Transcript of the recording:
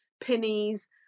pennies